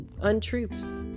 untruths